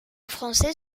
français